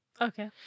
Okay